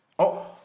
oh